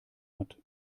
hat